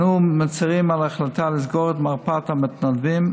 אנו מצירים על ההחלטה לסגור את מרפאת המתנדבים,